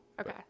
Okay